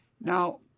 Now